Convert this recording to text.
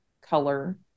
color